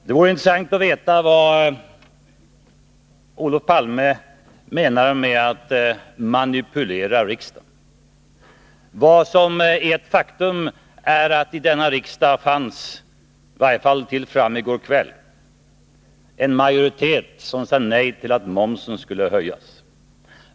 Det vore intressant att veta vad Olof Palme menar med att ”manipulera riksdagen”. Vad som är ett faktum är att fram till i går kväll fanns en majoritet som sade nej till att momsen skulle höjas.